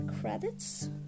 credits